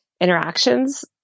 interactions